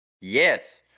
Yes